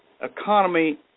economy